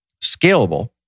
scalable